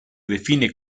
define